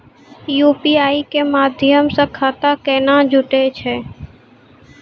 UPI के माध्यम से खाता केना जुटैय छै?